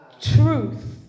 Truth